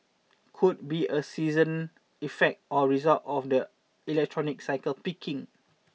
could be a season effect or result of the electronics cycle peaking